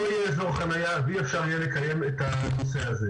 לא יהיה אזור חניה ואי אפשר יהיה לקיים את הנושא הזה.